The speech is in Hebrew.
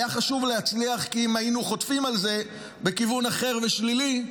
היה חשוב להצליח כי אם היינו חוטפים על זה בכיוון אחר ושלילי,